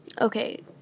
Okay